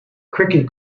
cricket